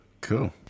Cool